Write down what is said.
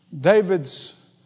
David's